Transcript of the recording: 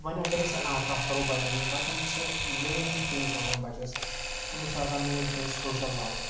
وۄنۍ اگر أسۍ کتھ کرو بَچَن ہٕنٛز بَچَن چھ مین چیٖنٛز چھ آسان بَچَس أمِس چھ آسان مین چیٖنٛز سوشَل لایف